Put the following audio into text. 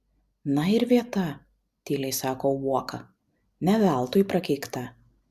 na ir vieta tyliai sako uoka ne veltui prakeikta